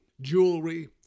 jewelry